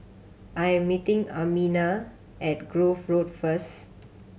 I am meeting Amiah at Grove Road first